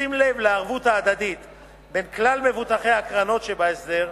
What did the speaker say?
בשים לב לערבות ההדדית בין כלל מבוטחי הקרנות שבהסדר,